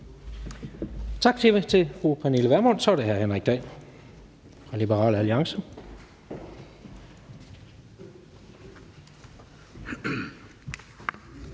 vi til fru Pernille Vermund. Så er det hr. Henrik Dahl, Liberal Alliance.